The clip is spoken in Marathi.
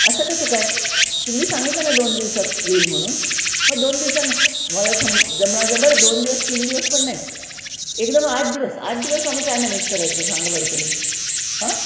असं कसं काय तुम्ही सांगितलं ना दोन दिवसात येईल म्हणून मग दोन दिवसांत तुम्हाला सम जमण्याचा बरं दोन दिवस तीन दिवस पण नाही एकदम आठ दिवस आठ दिवस आम्ही काय मॅनेज करायचं सांगा बरं तुम्ही हां